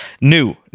New